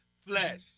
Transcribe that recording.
Flesh